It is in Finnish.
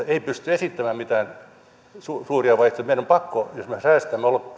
ei pysty esittämään mitään suuria vaihtoehtoja meidän on pakko jos me me säästämme olla